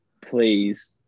Please